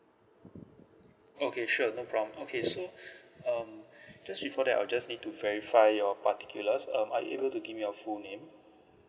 okay sure no problem okay so um just before that I'll just need to verify your particulars um are you able to give me your full name